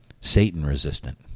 Satan-resistant